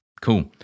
Cool